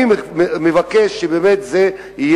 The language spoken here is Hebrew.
אני מבקש שזה באמת יהיה.